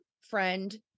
friend